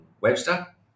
Webster